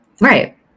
Right